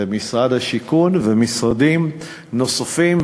זה משרד השיכון ומשרדים נוספים,